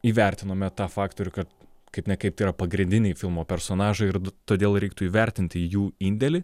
įvertinome tą faktorių kad kaip ne kaip tai yra pagrindiniai filmo personažai ir todėl reiktų įvertinti jų indėlį